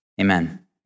Amen